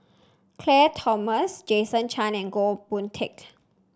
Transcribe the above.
Claire Tham Jason Chan and Goh Boon Teck